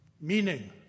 meaning